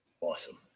Awesome